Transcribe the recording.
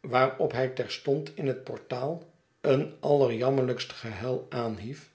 waarop hij terstond in het portaal een allerjammerlijkst gehuil aanhief